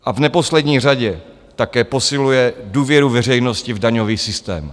A v neposlední řadě také posiluje důvěru veřejnosti v daňový systém.